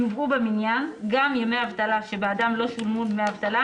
יובאו במניין גם ימי האבטלה שבעדם לא שולמו דמי אבטלה,